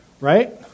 Right